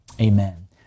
amen